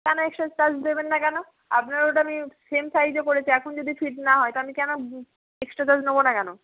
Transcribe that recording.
কেন extra charge দেবেন না কেন আবনার ওটা আমি সেম সাইজে করেছি এখন যদি ফিট না হয় তো আমি কেন এক্সস্ট্রা চার্জ নেবো না কেন